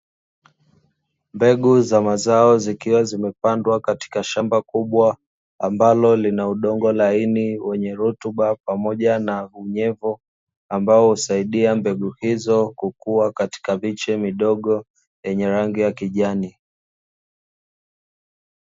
Mbegu za mazao, zikiwa zimepandwa katika shamba kubwa ambalo lina udongo laini wenye rutuba pamoja na unyevu, ambao husaidia mbegu hizo kukua katika miche midogo yenye rangi ya kijani.